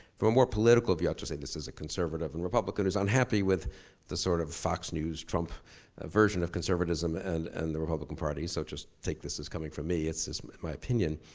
for a more political view, i'll just say this as a conservative and republican who's unhappy with the sort of fox news, trump ah version of conservatism and and the republican party, so just take this as coming from me, it's just my opinion.